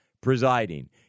presiding